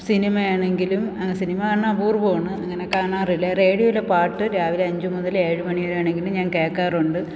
സിനിമയാണെങ്കിലും സിനിമ കാണണത് അപൂർവ്വമാണ് അങ്ങനെ കാണാറില്ല റേഡിയോയിലെ പാട്ട് രാവിലെ അഞ്ചുമുതൽ ഏഴുമണിവരെയാണെങ്കിലും ഞാൻ കേൾക്കാറുണ്ട്